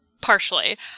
partially